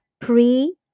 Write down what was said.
pre